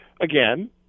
again